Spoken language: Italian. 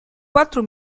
quattro